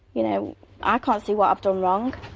you know i can't see what i've done wrong